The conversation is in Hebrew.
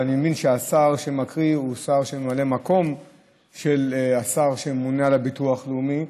ואני מבין שהשר שמקריא הוא ממלא מקום של השר שממונה על הביטוח הלאומי,